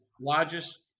largest